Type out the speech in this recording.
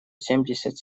семьдесят